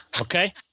Okay